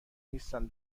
نیستن